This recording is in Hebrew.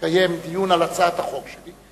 תקיים דיון על הצעת החוק שלי,